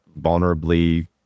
vulnerably